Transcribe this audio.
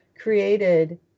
created